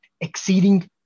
exceeding